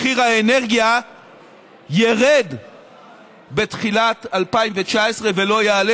מחיר האנרגיה ירד בתחילת 2019 ולא יעלה,